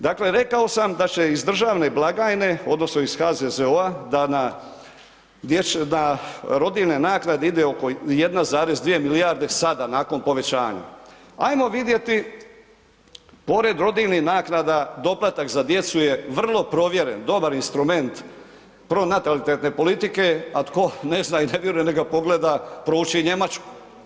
Dakle rekao sam da će iz državne blagajne odnosno iz HZZO-a na rodiljne naknade ide oko 1,2 milijarde sada nakon povećanja ajmo vidjeti pored rodiljnih naknada doplatak za djecu je vrlo provjeren, dobar instrument pronatalitetne politike, a tko ne zna i ne vjeruje nek ga pogleda, prouči i Njemačku.